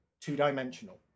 two-dimensional